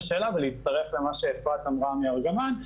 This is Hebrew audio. בשאלה ולהצטרף למה שאפרת אמרה מארגמן,